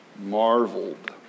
marveled